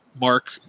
Mark